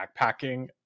backpacking